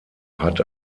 hat